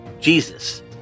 Jesus